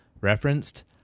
referenced